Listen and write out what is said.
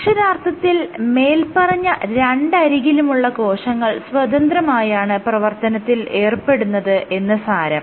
അക്ഷരാർത്ഥത്തിൽ മേല്പറഞ്ഞ രണ്ടരികിലുമുള്ള കോശങ്ങൾ സ്വതന്ത്രമായാണ് പ്രവർത്തനത്തിൽ ഏർപ്പെടുന്നത് എന്ന് സാരം